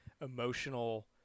emotional